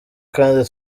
kandi